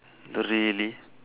really